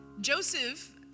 Joseph